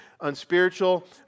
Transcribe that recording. unspiritual